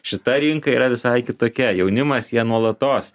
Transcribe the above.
šita rinka yra visai kitokia jaunimas jie nuolatos